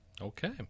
Okay